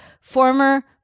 former